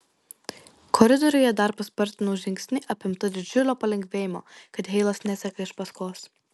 koridoriuje dar paspartinau žingsnį apimta didžiulio palengvėjimo kad heilas neseka iš paskos